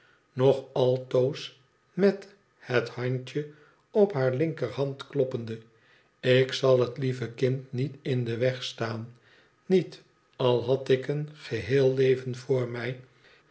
nog altoos met het handje op hare linkerhand kloppende ik zal het lieve kind niet in den weg staan niet al had ik een geheel leven voor mij